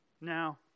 Now